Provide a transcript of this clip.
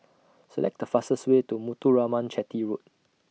Select The fastest Way to Muthuraman Chetty Road